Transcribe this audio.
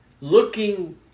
looking